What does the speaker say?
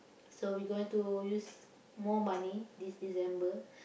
so we going to use more money this December